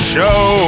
Show